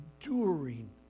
enduring